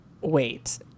wait